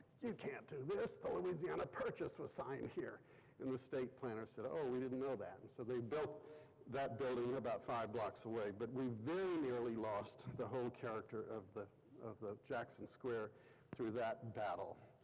you can't do this. the louisiana purchase was signed here in the state planner. so oh, we didnt know that, and so they built that building about five blocks away, but we very nearly lost the whole character of the of the jackson square through that battle.